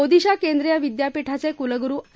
ओदीशा केंद्रीय विद्यापीठाचे कुलगुरु आय